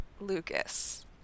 Lucas